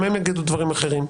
גם הם יגידו דברים אחרים.